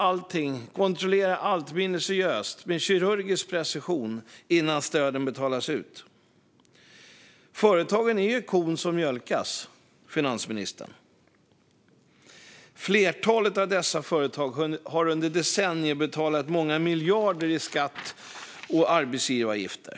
Allt kontrolleras minutiöst och med kirurgisk precision innan stöden betalas ut. Företagen är ju kon som mjölkas, finansministern. Flertalet av dessa företag har under decennier betalat många miljarder i skatter och arbetsgivaravgifter.